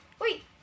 Wait